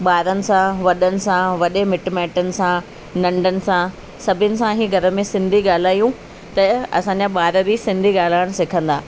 ॿारनि सां वॾनि सां वॾे मिट माइटनि सां नंढनि सां सभिनि सां ई घर में सिंधी ॻाल्हायो त असांजा ॿार बि सिंधी ॻाल्हाइणु सिखंदा